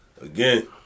Again